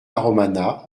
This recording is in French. romana